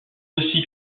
aussi